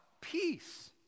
peace